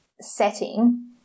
setting